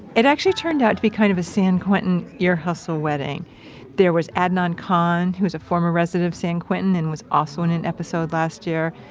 it actually turned out to be kind of a san quentin, ear hustle wedding there was adnan khan, who was a former resident of san quentin and was also in an episode last year,